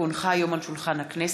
כי הונחה היום על שולחן הכנסת,